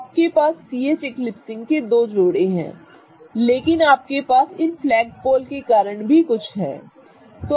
तो आपके पास CH एकलिप्सिंग के दो जोड़े हैं लेकिन आपके पास इन फ्लैगपोल के कारण भी कुछ है ठीक है